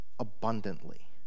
abundantly